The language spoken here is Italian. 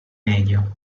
media